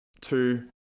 two